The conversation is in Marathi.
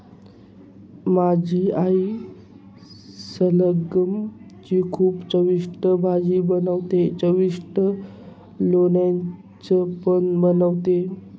माझी आई सलगम ची खूपच चविष्ट भाजी बनवते आणि चविष्ट लोणचं पण बनवते